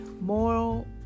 Moral